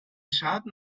schaden